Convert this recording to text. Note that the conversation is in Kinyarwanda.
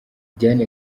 diana